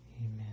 Amen